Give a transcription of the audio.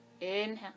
inhale